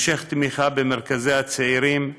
המשך תמיכה במרכזי הצעירים,